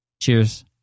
Cheers